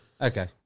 okay